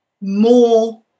more